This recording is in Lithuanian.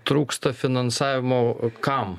trūksta finansavimo kam